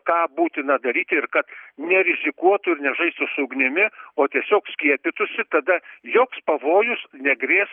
ką būtina daryti ir kad nerizikuotų ir nežaistų su ugnimi o tiesiog skiepytųsi tada joks pavojus negrės